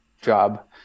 job